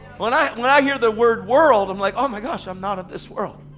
when i when i hear the word world, i'm like oh my gosh, i'm not of this world.